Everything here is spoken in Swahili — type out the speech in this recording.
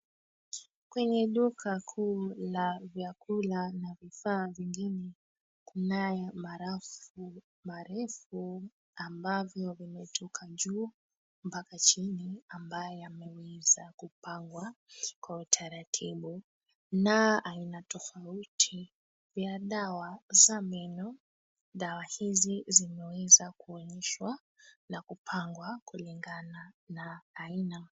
Kwenye duka kuu la vyakula na vifaa vingine, kunaye marafu marefu ambavyo vimetoka juu mpaka chini ambaye yameweza kupangwa kwa utaratibu na aina tofauti vya dawa za meno. Dawa hizi zimeweza kuonyeshwa na kupangwa kulingana na aina.